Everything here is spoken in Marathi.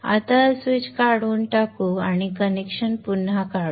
आता हा स्विच काढून टाकू आणि कनेक्शन पुन्हा काढू